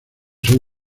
son